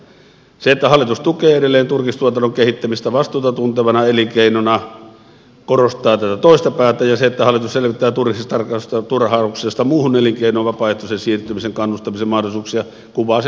se että hallitus tukee edelleen turkistuotannon kehittämistä vastuuta tuntevana elinkeinona korostaa tätä toista päätä ja se että hallitus selvittää turkistarhauksesta muuhun elinkeinoon vapaaehtoisen siirtymisen kannustamisen mahdollisuuksia kuvaa sen neuvottelun toista osapuolta